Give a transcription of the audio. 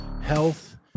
health